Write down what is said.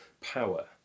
power